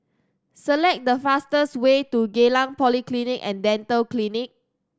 select the fastest way to Geylang Polyclinic And Dental Clinic